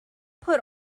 put